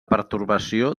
pertorbació